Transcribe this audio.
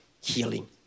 healing